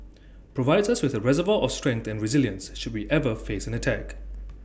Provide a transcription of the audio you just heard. provides us with A reservoir of strength and resilience should we ever face an attack